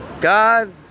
God